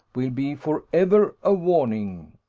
will be for ever a warning.